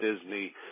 Disney